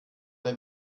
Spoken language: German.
der